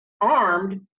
armed